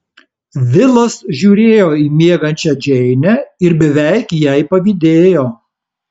vilas žiūrėjo į miegančią džeinę ir beveik jai pavydėjo